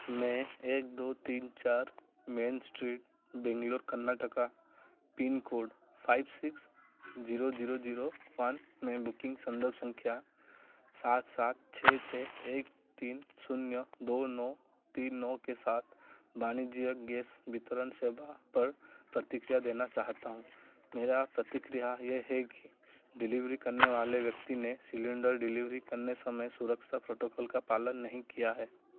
मैं एक दो तीन चार main street Bangalore Karnataka pincode five six zero zero zero one में बुकिंग संदर्भ संख्या सात सात छः छः एक तीन शून्य दो नौ तीन नौ के साथ वाणिज्यक गैस वितरण सेवा पर प्रतिक्रिया देना चाहता हूँ मेरा प्रतिक्रिया ये है कि डिलीवरी करने वाले व्यक्ति ने सिलेंडर डिलीवरी करने समय सुरक्षा प्रोटोकॉल का पालन नहीं किया है